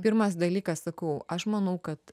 pirmas dalykas sakau aš manau kad